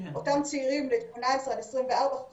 הן באות לידי ביטוי באותם צעירים בין 18 עד 24 חסרי